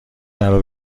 درو